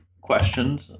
questions